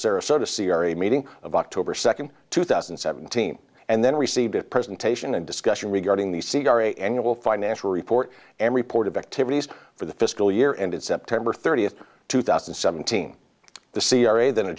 sarasota c r a meeting of october second two thousand and seventeen and then received at presentation and discussion regarding the c r a annual financial report and report of activities for the fiscal year ended september thirtieth two thousand and seventeen the c r a than a